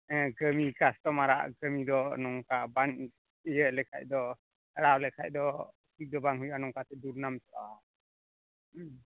ᱠᱟᱹᱢᱤ ᱠᱟᱥᱴᱚᱢᱟᱨᱟᱜ ᱠᱟᱹᱢᱤ ᱫᱚ ᱱᱚᱝᱠᱟ ᱵᱟᱝ ᱤᱭᱟᱹ ᱞᱮᱠᱷᱟᱱ ᱫᱚ ᱠᱚᱨᱟᱣ ᱞᱮᱠᱷᱟᱱ ᱫᱚ ᱴᱷᱤᱠ ᱫᱚ ᱵᱟᱝ ᱦᱩᱭᱩᱜᱼᱟ ᱱᱚᱝᱠᱟ ᱛᱮ ᱫᱩᱨᱱᱟᱢ ᱪᱟᱞᱟᱜᱼᱟ